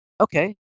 Okay